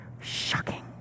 Shocking